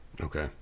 okay